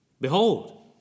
Behold